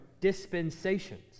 dispensations